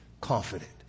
confident